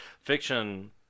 Fiction